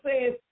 says